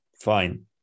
fine